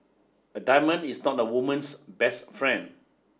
a diamond is not a woman's best friend